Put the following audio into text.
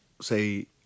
say